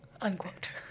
Unquote